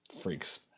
freaks